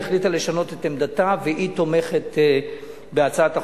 היא החליטה לשנות את עמדתה והיא תומכת בהצעת החוק.